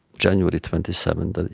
january twenty seventh.